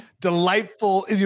delightful